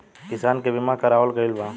किसान के बीमा करावल गईल बा